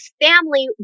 family